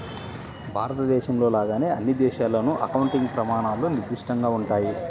భారతదేశంలో లాగానే అన్ని దేశాల్లోనూ అకౌంటింగ్ ప్రమాణాలు నిర్దిష్టంగా ఉంటాయి